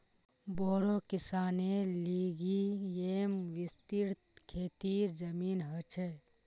बोड़ो किसानेर लिगि येमं विस्तृत खेतीर जमीन ह छे